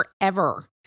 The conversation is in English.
forever